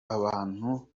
abantu